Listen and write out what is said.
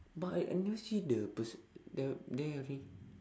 but I I never see the person there there already